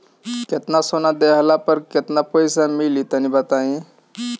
केतना सोना देहला पर केतना पईसा मिली तनि बताई?